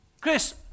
Chris